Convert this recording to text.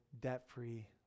debt-free